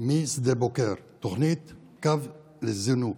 משדה בוקר, תוכנית קו לזינוק,